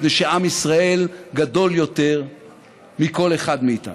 מפני שעם ישראל גדול יותר מכל אחד מאיתנו.